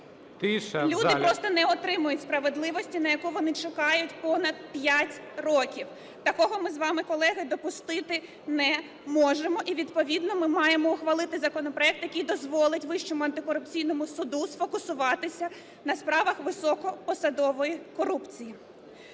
Люди просто не отримають справедливості, на яку вони чекають понад 5 років. Такого ми з вами, колеги, допустити не можемо. І відповідно ми маємо ухвалити законопроект, який дозволить Вищому антикорупційному суду сфокусуватися на справах високопосадової корупції.